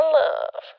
love